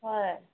ꯍꯣꯏ